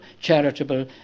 charitable